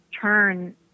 turn